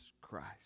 Christ